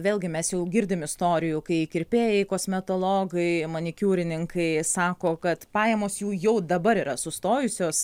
vėlgi mes jau girdim istorijų kai kirpėjai kosmetologai manikiūrininkai sako kad pajamos jų jau dabar yra sustojusios